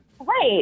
right